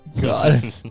God